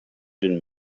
been